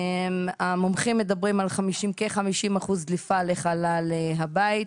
המומחים מדברים על כחמישים אחוז דליפה לחלל הבית.